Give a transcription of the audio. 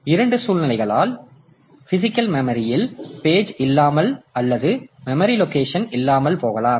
இரண்டு சூழ்நிலைகளால் பிசிகல் மெமரியில் பேஜ் இல்லாமல் அல்லது மெமரி லொகேஷன் இல்லாமல் போகலாம்